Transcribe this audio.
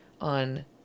on